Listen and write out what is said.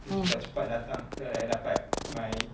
then cepat-cepat datang then I dapat my